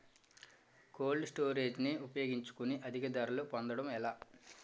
Cold storage ని ఉపయోగించుకొని అధిక ధరలు పొందడం ఎలా?